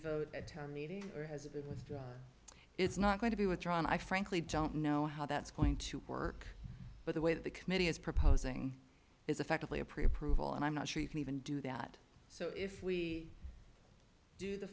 vote at town meeting or has it withdrawn it's not going to be withdrawn i frankly don't know how that's going to work but the way that the committee is proposing is effectively a pre approval and i'm not sure you can even do that so if we do the